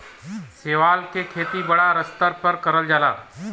शैवाल के खेती बड़ा स्तर पे करल जाला